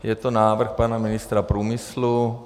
Je to návrh pana ministra průmyslu.